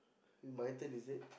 my turn is it